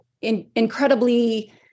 incredibly